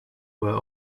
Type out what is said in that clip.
were